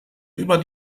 über